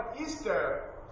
Easter